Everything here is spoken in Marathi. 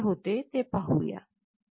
आता काय होते ते पाहूया